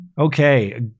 okay